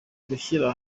gushyira